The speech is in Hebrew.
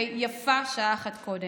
ויפה שעה אחת קודם.